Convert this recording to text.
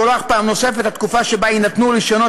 תוארך פעם נוספת התקופה שבה יינתנו רישיונות